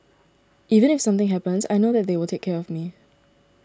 even if something happens I know that they will take care of me